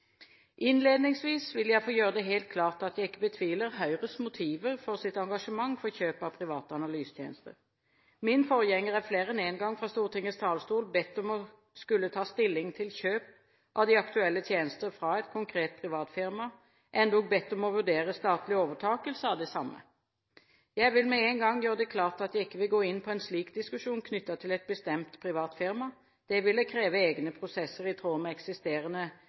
Innledningsvis vil jeg få gjøre det helt klart at jeg ikke betviler Høyres motiver for sitt engasjement for kjøp av private analysetjenester. Min forgjenger er flere enn én gang fra Stortingets talerstol blitt bedt om å ta stilling til kjøp av de aktuelle tjenester fra et konkret privat firma, endog bedt om å vurdere statlig overtakelse av det samme. Jeg vil med én gang gjøre det klart at jeg ikke vil gå inn på en slik diskusjon knyttet til et bestemt privat firma. Det ville kreve egne prosesser i tråd med eksisterende